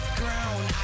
ground